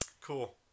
Cool